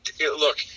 look